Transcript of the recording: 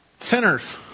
sinners